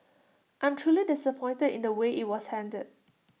I'm truly disappointed in the way IT was handled